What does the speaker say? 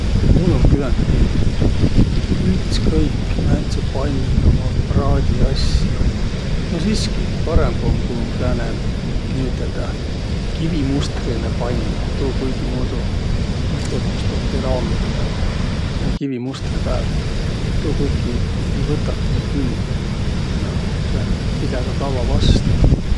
Mul um küländki ütskõik, määntse panniga ma praadi asjo. No siski parõmb um, ku um sääne niiüteldäq kivimustrinõ pann. Tuu kuigimuudu, ma ei tiiäq, kuis tuu keraamiline vai, sääne kivimustri pääl. Tuu kuiki ei võtaq nii külge ja um sääne, pidä ka kavva vasta.